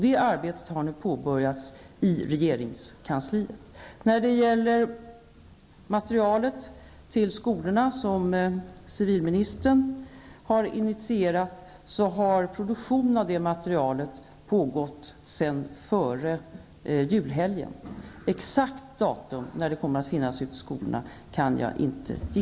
Det arbetet har nu påbörjats i regeringskansliet. Det material till skolorna som civilministern har tagit initiativ till började produceras före julhelgen. Exakt datum för när det kommer att finnas ute i skolorna kan jag inte ge.